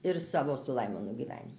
ir savo su laimonu gyvenimą